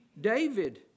David